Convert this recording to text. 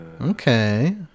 okay